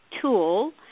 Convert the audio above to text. tool